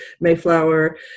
Mayflower